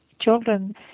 children